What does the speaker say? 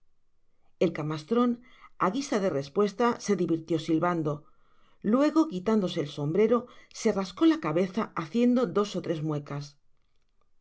el camastron á guisa de respuesta se divertió silvando luego quitándose el sombrero se rascó la cabeza haciendo dos ó tres muecas no